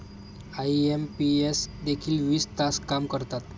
IMPS देखील वीस तास काम करतात?